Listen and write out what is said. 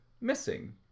missing